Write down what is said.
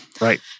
Right